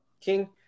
king